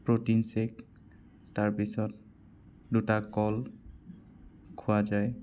protein shake তাৰপিছত দুটা কল খোৱা যায়